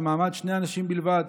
במעמד שני אנשים בלבד,